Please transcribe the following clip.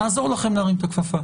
נעזור לכם להרים את הכפפה.